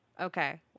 Okay